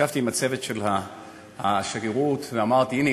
ישבתי עם הצוות של השגרירות ואמרתי: הנה,